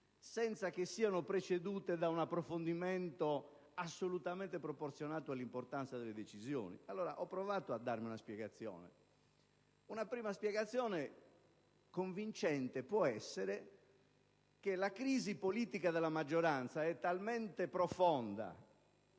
senza che siano precedute da un approfondimento assolutamente proporzionato all'importanza delle decisioni? Ho provato a darmi una spiegazione. Una prima spiegazione convincente può essere che la crisi politica della maggioranza è talmente profonda,